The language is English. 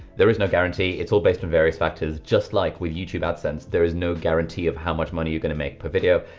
there is no guarantee, its all based on various factors, just like with youtube adsense, there is no guarantee of how much money you gonna make per video,